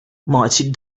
meitsje